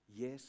yes